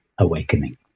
awakening